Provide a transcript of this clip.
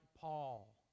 Paul